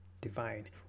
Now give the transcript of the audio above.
divine